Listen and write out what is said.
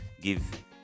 give